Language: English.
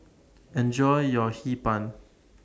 Enjoy your Hee Pan